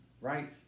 right